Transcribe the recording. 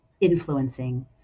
influencing